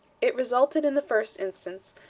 it resulted, in the first instance,